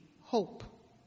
hope